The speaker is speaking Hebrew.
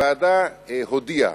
הוועדה הודיעה,